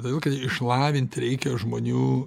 todėl kad išlavint reikia žmonių